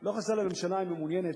לא חסר לממשלה, אם היא מעוניינת,